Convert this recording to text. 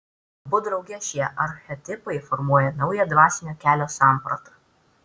abu drauge šie archetipai formuoja naują dvasinio kelio sampratą